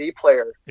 player